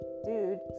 Dude